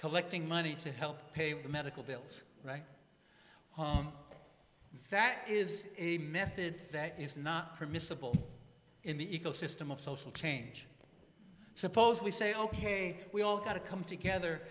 collecting money to help pay the medical bills right that is a method that is not permissible in the ecosystem of social change suppose we say ok we all got to come together